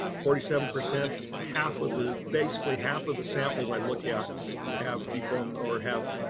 forty seven percent half of the basically, half of the samples i look at have deformed or have,